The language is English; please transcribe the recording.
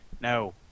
no